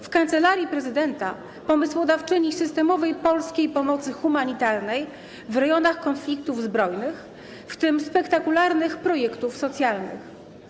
W Kancelarii Prezydenta pomysłodawczyni systemowej polskiej pomocy humanitarnej w rejonach konfliktów zbrojnych, w tym spektakularnych projektów socjalnych.